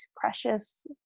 precious